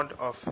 C2